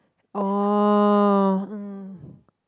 oh uh